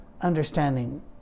understanding